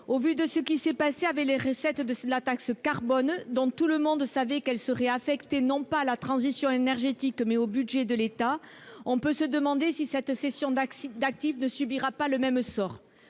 Au vu de ce qui s'est passé avec les recettes de la taxe carbone, dont tout le monde savait qu'elles seraient affectées non pas à la transition énergétique, mais au budget de l'État, on peut se demander si cette cession d'actifs ne subira pas le même sort.